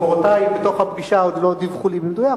מקורותי מתוך הפגישה עוד לא דיווחו לי במדויק,